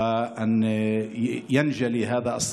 מי ייתן והחג הזה יביא לנו בעזרת האל